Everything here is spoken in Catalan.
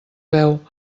veu